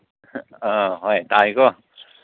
ꯑ ꯍꯣꯏ ꯇꯥꯏꯀꯣ